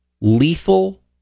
lethal